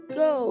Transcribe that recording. go